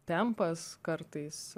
tempas kartais